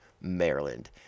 Maryland